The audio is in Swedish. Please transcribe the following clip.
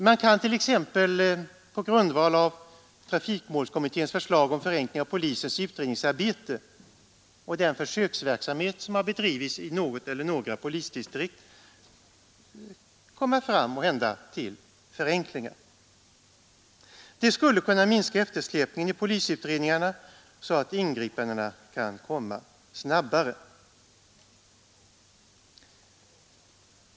Måhända kan de på grundval av trafikmålskommitténs förslag om förenkling av polisens utredningsarbete och den försöksverksamhet som har bedrivits i något eller några polisdistrikt komma fram till förenklingar. Det skulle kunna minska eftersläpningen i polisutredningarna, så att ingripandena kan komma snabbare.